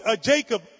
Jacob